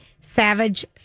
Savage